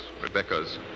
Rebecca's